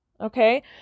okay